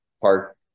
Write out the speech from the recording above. park